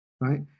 right